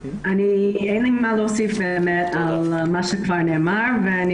אין לי מה להוסיף על מה שכבר נאמר ואני